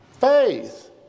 faith